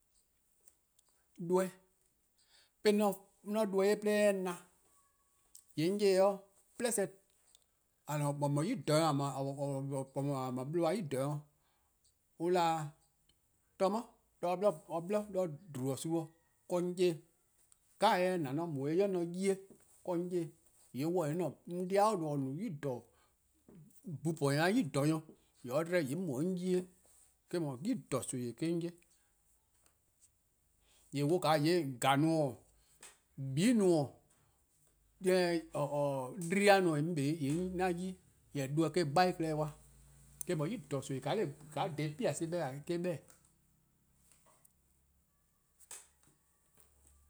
Doeh, 'de 'on 'ye-a doeh 'ye eh 'ye-a :na, :yee' 'on 'ye-dih 'de 'plehseh, :or no-a nyor-klaba' or no-a bluhba-a nyor-klaba' an 'da-dih thomas 'de or 'bli 'de :dhlubor: :gwie: 'i 'do :wor 'on 'ye-dih :eh. Eh :na deh 'jeh 'on mu 'i 'de 'on 'ye-eh. Eh 'wluh-a 'o :yee' 'an 'de-di or no-a bhu :po-nyor+-a nyor-klaba', or 'dba 'de 'on mu 'de 'on 'ye-eh, eh-: no nimi :klaba' 'on 'ye. :eh 'wluh-a 'o :yee' :gehn+ 'i-:, :bee'+-:, 'dle+-: :yee' 'an 'ye-ih, jorwor: doeh eh-: gba en-' klehkpeh kwa. Eh-: no nimi :klaba', :ka dha 'piasai' 'beh-a :kaa eh 'beh